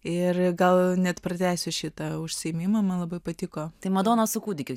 ir gal net pratęsiu šitą užsiėmimą man labai patiko